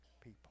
people